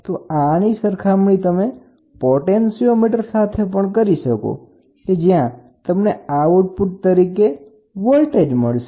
તો ઉદાહરણ તરીકે તમે આને પોટેન્શીઓમીટર સાથે રાખી શકો છો પછી તમને ત્યાં આઉટપુટ તરીકે વોલ્ટેજ મળશે